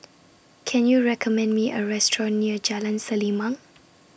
Can YOU recommend Me A Restaurant near Jalan Selimang